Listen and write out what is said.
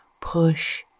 Push